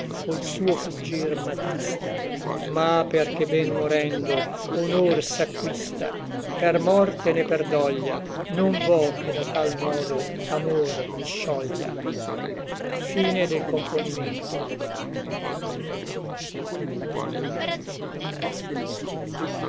col suo fuggir m'atrista ma perché ben morendo honor s'acquista per morte né per doglia non vo che da tal nodo amor mi scioglia